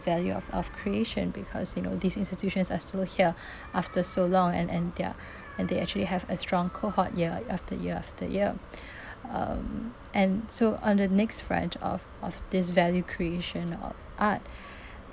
value of of creation because you know these institutions are still here after so long and and they're and they actually have a strong cohort year after year after year um and so on the next branch off of this value creation of art